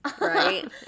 Right